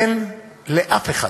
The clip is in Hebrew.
אין לאף אחד